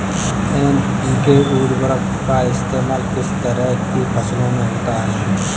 NPK उर्वरक का इस्तेमाल किस तरह की फसलों में होता है?